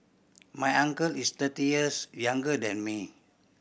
my uncle is thirty years younger than me